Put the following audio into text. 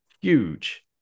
huge